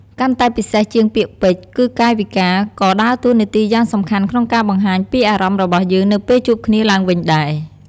កាន់តែពិសេសជាងពាក្យពេចន៍ គឺកាយវិការក៏ដើរតួនាទីយ៉ាងសំខាន់ក្នុងការបង្ហាញពីអារម្មណ៍របស់យើងនៅពេលជួបគ្នាឡើងវិញដែរ។